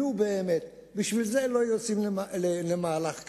נו, באמת, בשביל זה לא יוצאים למהלך כזה.